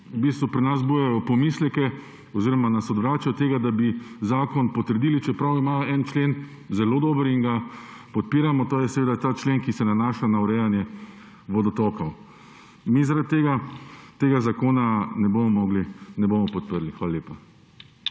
v bistvu pri nas vzbujajo pomisleke oziroma nas odvračajo od tega, da bi zakon potrdili, čeprav imajo en člen zelo dober in ga podpiramo, to je seveda ta člen, ki se nanaša na urejanje vodotokov. Mi zato tega zakona ne bomo podprli. Hvala lepa.